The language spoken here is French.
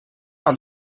par